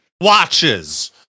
watches